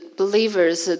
believers